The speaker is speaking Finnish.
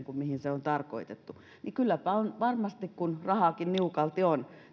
kuin mihin se on tarkoitettu niin kylläpä on varmasti kun rahaakin niukalti on